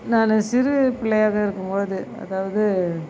நான் சிறு பிள்ளையாக இருக்கும்பொழுது அதாவது